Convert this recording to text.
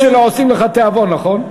התיאורים שלו עושים לך תיאבון, נכון?